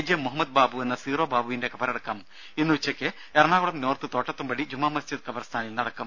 J Muhammad ബാബുവെന്ന zero ബാബുവിന്റെ ഖബറടക്കം ഇന്ന് ഉച്ചയ്ക്ക് എറണാകുളം നോർത്ത് തോട്ടത്തുംപടി ജുമാമസ്ജിദ് ഖബർസ്ഥാനിൽ നടക്കും